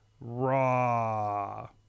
raw